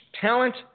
talent